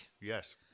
Yes